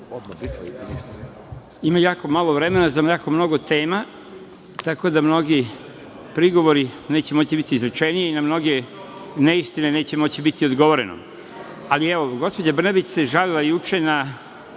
Ima jako malo vremena za jako mnogo tema, tako da mnogi prigovori neće moći biti izrečeni, na mnoge neistine neće moći biti odgovoreno. Ali, evo, gospođa Brnabić se žalila juče na